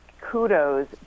kudos